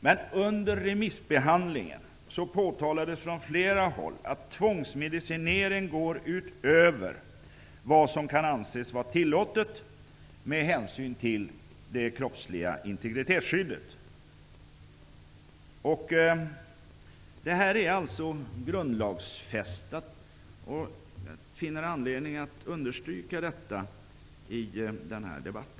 Men under remissbehandlingen påtalades från flera håll att tvångsmedicinering går utöver vad som kan anses vara tillåtet med hänsyn till det kroppsliga integritetsskyddet i regeringsformen. Detta skydd är alltså grundlagsfäst. Jag finner anledning att understryka detta i denna debatt.